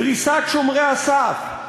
דריסת שומרי הסף,